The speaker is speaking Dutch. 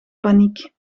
paniek